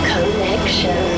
Connection